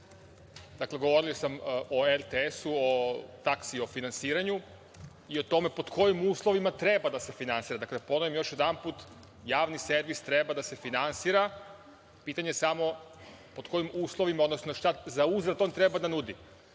dakle, govorio sam o RTS, o taksi, o finansiranju i o tome pod kojim uslovima treba da se finansira. Dakle, ponavljam još jednom, javni servis treba da se finansira, pitanje je samo pod kojim uslovima, odnosno šta za uzvrat on treba da nudi.